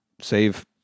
save